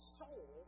soul